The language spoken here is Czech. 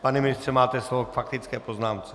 Pane ministře, máte slovo k faktické poznámce.